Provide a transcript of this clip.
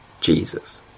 Jesus